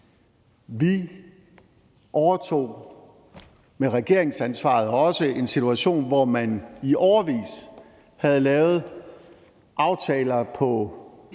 Vi overtog med regeringsansvaret også en situation, hvor man i årevis havde lavet aftaler